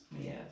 Yes